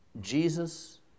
Jesus